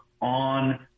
on